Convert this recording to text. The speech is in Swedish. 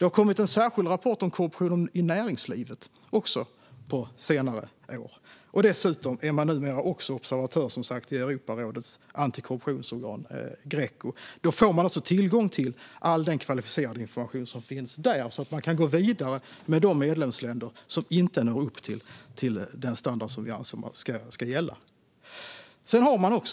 Det har också kommit en särskild rapport om korruption i näringslivet på senare år. Dessutom är man som sagt observatör i Europarådets antikorruptionsorgan Greco, och därmed får man tillgång till all den kvalificerade information som finns där så att man kan gå vidare med de medlemsländer som inte når upp till den standard vi anser ska gälla.